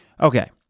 Okay